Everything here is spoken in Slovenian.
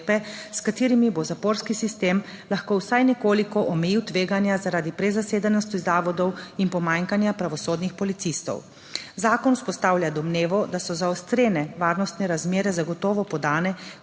s katerimi bo zaporski sistem lahko vsaj nekoliko omejil tveganja zaradi prezasedenosti zavodov in pomanjkanja pravosodnih policistov. Zakon vzpostavlja domnevo, da so zaostrene varnostne razmere zagotovo podane,